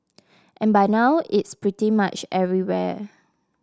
and by now it's pretty much everywhere